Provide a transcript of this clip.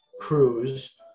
cruise